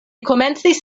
komencis